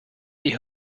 die